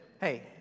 hey